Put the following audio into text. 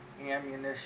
ammunition